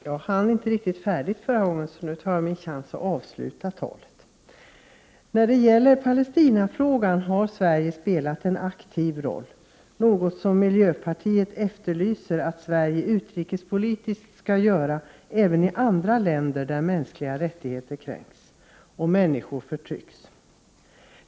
Herr talman! I mitt anförande hann jag inte avsluta vad jag hade att säga, varför jag tar chansen att göra det nu. I Palestinafrågan har Sverige spelat en aktiv roll, något som miljöpartiet efterlyser att Sverige utrikespolitiskt skall göra även i andra länder där mänskliga rättigheter kränks och människor förtrycks.